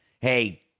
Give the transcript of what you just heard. hey